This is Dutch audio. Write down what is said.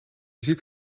ziet